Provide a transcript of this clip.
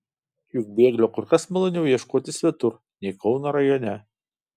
juk bėglio kur kas maloniau ieškoti svetur nei kauno rajone